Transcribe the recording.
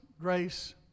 grace